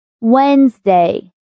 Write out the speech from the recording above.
Wednesday